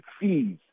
fees